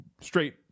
straight